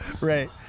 right